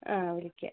ആ വിളിക്കാം